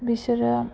बेसोरो